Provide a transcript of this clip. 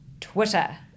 Twitter